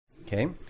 okay